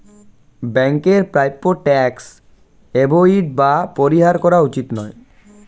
ব্যাংকের প্রাপ্য tax avoid বা পরিহার করা উচিত নয়